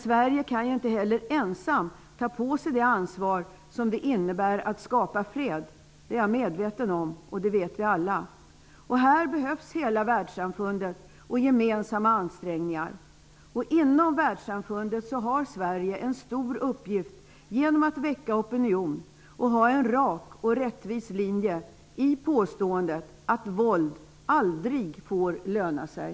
Sverige kan ju inte heller ensamt ta på sig ansvaret för att skapa fred. Det är jag medveten om, och det vet vi alla. Här behövs hela världssamfundets gemensamma ansträngningar. Inom världssamfundet har Sverige en stor uppgift att väcka opinion och att föra en rak och rättvis linje i påståendet att våld aldrig får löna sig.